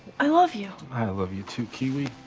i love you. i love you too, kiwi.